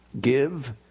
give